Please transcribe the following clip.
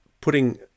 putting